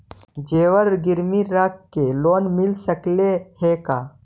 जेबर गिरबी रख के लोन मिल सकले हे का?